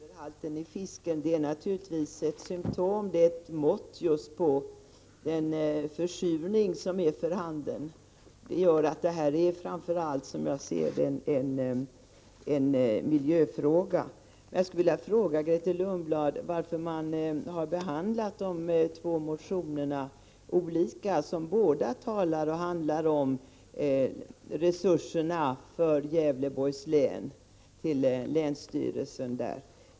Herr talman! Helt kort vill jag säga att det naturligtvis är så att kvicksilverhalten i fisken är ett symtom, ett mått på den försurning som är för handen. Det gör att detta, som jag ser det, framför allt är en miljöfråga. Jag skulle vilja fråga Grethe Lundblad varför man har behandlat de två motionerna, som båda handlar om resurserna till Gävleborgs läns länsstyrelse, olika.